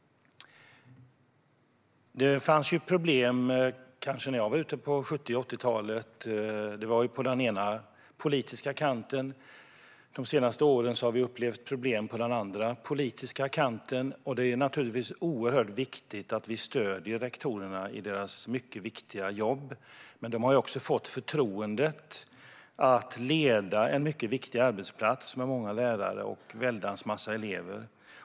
När jag var ute på 70 och 80-talen fanns det problem. Det var på den ena politiska kanten. De senaste åren har vi upplevt problem på den andra politiska kanten. Det är naturligtvis oerhört viktigt att vi stöder rektorerna i deras viktiga jobb, men de har också fått förtroendet att leda en viktig arbetsplats, med många lärare och väldigt många elever.